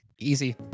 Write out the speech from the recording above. Easy